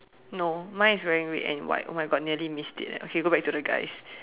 no mine is wearing red and white oh my God nearly missed it eh okay go back to the guys